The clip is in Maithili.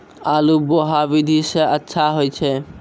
आलु बोहा विधि सै अच्छा होय छै?